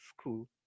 school